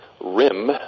rim